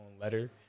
letter